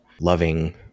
loving